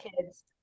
kids